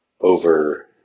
over